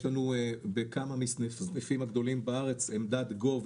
יש לנו בכמה מהסניפים הגדולים בארץ עמדת GOV